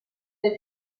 den